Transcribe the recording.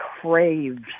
craves